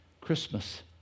christmas